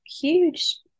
huge